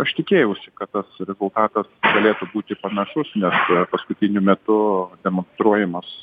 aš tikėjausi kad tas rezultatas galėtų būti panašus nes paskutiniu metu demonstruojamas